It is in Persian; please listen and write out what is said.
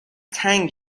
تنگ